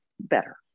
better